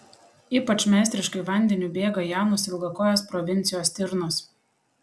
ypač meistriškai vandeniu bėga jaunos ilgakojės provincijos stirnos